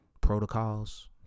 protocols